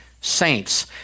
saints